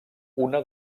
una